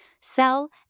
sell